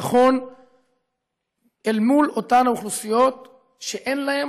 ביטחון לאותן אוכלוסיות שאין להן